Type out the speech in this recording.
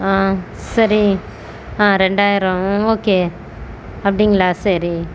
சரி ஆ ரெண்டாயிரம் ஓகே அப்படிங்களா சரி